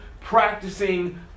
practicing